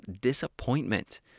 disappointment